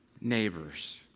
neighbors